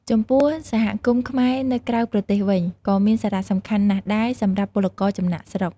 ចំពោះសហគមន៍ខ្មែរនៅក្រៅប្រទេសវិញ ក៏មានសារៈសំខាន់ណាស់ដែរសម្រាប់ពលករចំណាកស្រុក ។